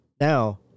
Now